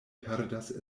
perdas